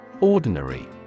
Ordinary